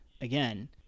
again